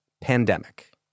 pandemic